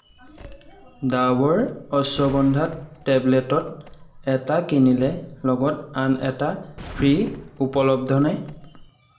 ডাৱৰ অশ্বগন্ধা টেবলেটত এটা কিনিলে লগত আন এটা ফ্ৰী' উপলব্ধনে